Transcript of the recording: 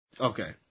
Okay